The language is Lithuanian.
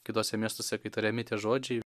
kituose miestuose kai tariami tie žodžiai